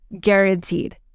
Guaranteed